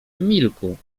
emilku